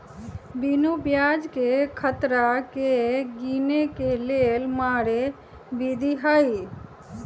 बिनु ब्याजकें खतरा के गिने के लेल मारे विधी हइ